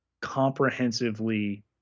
comprehensively